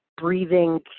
breathing